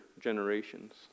generations